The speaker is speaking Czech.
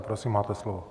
Prosím, máte slovo.